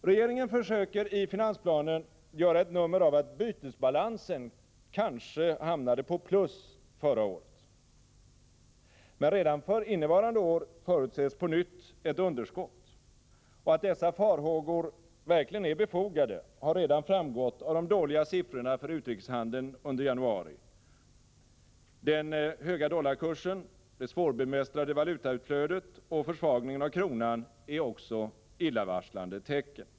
Regeringen försöker i finansplanen göra ett nummer av att bytesbalansen kanske hamnade på plus förra året. Men redan för innevarande år förutses på nytt ett underskott. Att dessa farhågor verkligen är befogade har redan framgått av de dåliga siffrorna för utrikeshandeln under januari. Den höga dollarkursen, det svårbemästrade valutautflödet och försvagningen av kronan är också illavarslande tecken.